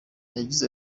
yagize